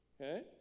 Okay